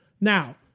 Now